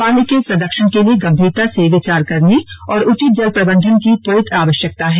पानी के संरक्षण के लिए गंभीरता से विचार करने और उचित जल प्रबन्धन की त्वरित आवश्यकता है